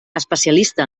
especialista